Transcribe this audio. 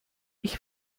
ich